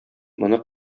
моны